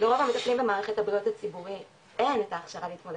לרוב המטפלים במערכת הבריאות הציבורית אין ההכשרה להתמודד